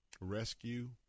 rescue